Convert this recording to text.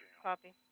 copy.